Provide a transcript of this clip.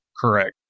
Correct